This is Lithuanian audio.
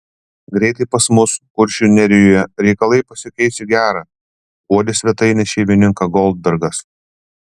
greitai pas mus kuršių nerijoje reikalai pasikeis į gera guodė svetainės šeimininką goldbergas